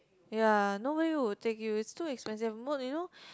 ya nobody would take you it's too expensive oh you know